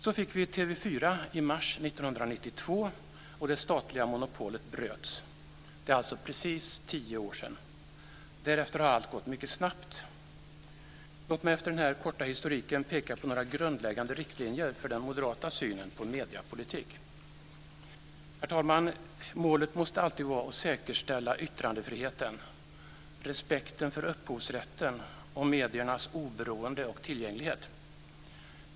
Så fick vi TV 4 i mars 1992, och det statliga monopolet bröts. Det är alltså precis tio år sedan. Därefter har allt gått mycket snabbt. Låt mig efter den här korta historiken peka på några grundläggande riktlinjer för den moderata synen på mediepolitik. Herr talman! Målet måste alltid vara att säkerställa yttrandefriheten, respekten för upphovsrätten och mediernas oberoende och tillgänglighet.